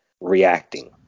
reacting